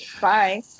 Bye